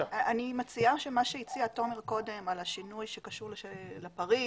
מציעה שמה שהציע קודם תומר לגבי השינוי שקשור לפריט,